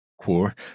core